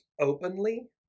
openly